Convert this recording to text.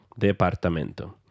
departamento